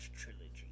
Trilogy